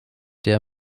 der